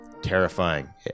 terrifying